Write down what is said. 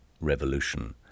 revolution